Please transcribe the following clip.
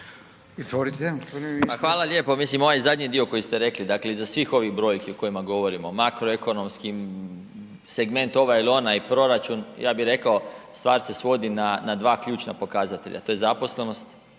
Hvala lijepo. Ovaj zadnji dio koji ste rekli, dakle iza svih ovih brojki o kojima govorimo makroekonomskim, segment ovaj ili onaj, proračun, ja bih rekao, stvar se svodi na dva ključna pokazatelja, to je zaposlenost